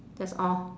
that's all